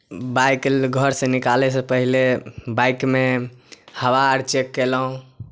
बाइककेँ घरसे निकालैसँ पहिले बाइकमे हवा आर चेक कयलहुँ